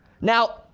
Now